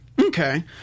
Okay